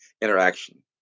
interaction